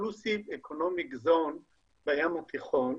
בים התיכון.